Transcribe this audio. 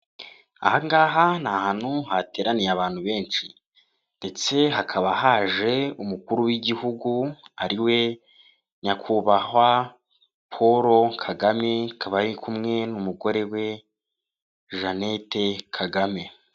Aha ngaha ni ahantu hateraniye abantu benshi ndetse hakaba haje umukuru w'igihugu ariwe nyakubahwa Paul Kagame akaba ari kumwe n'umugore we Jeannette Kagame.